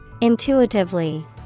Intuitively